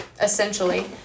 essentially